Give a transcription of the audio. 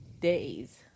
days